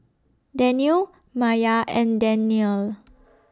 Daniel Maya and Danial